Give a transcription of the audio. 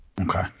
Okay